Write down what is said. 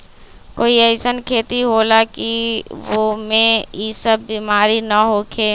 कोई अईसन खेती होला की वो में ई सब बीमारी न होखे?